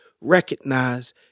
recognize